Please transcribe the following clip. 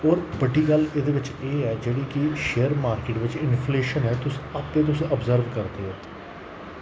और बड्डी गल्ल एह्दे बिच एह् ऐ जेह्ड़ी कि शेयर मार्कट बिच्च इंफलेशन तुस आपे तुस ओब्सर्व करदे ओ